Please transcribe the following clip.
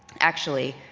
actually,